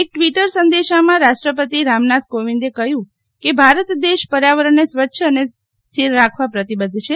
એક ટીવીટર સંદેશામાં રાષ્ટ્રપતિ રામનાથ કોવિંદે કહ્યું કે ભારત દેશ પર્યાવરણને સ્વચ્છ રાખવા પ્રતિબધ્ધ છે